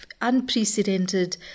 unprecedented